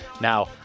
Now